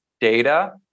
data